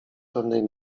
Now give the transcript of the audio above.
pewnej